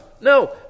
No